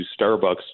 Starbucks